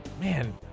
man